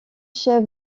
chef